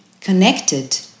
connected